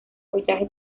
follaje